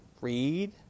read